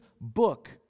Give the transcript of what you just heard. book